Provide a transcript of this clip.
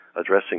addressing